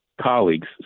colleagues